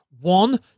One